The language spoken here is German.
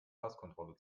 passkontrolle